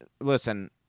Listen